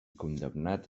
condemnat